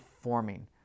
forming